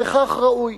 וכך ראוי.